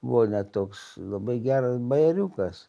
buvo net toks labai geras bajeriukas